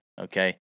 okay